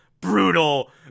brutal